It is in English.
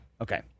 Okay